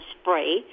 spray